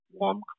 warm